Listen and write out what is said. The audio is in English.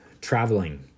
traveling